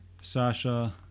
Sasha